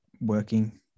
working